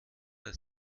bei